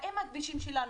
האם הכבישים שלנו,